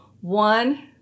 one